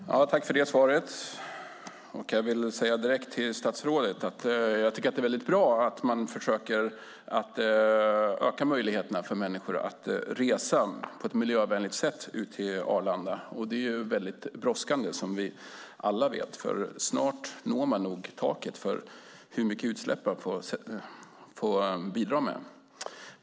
Fru talman! Jag tackar för det svaret och vill här direkt säga till statsrådet att jag tycker att det är väldigt bra att man försöker öka människors möjligheter att på ett miljövänligt sätt resa ut till Arlanda. Som vi alla vet brådskar detta, för snart nås nog taket för hur mycket utsläpp man får bidra med.